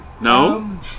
no